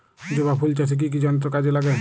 জবা ফুল চাষে কি কি যন্ত্র কাজে লাগে?